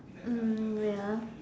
mm ya